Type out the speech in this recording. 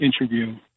interview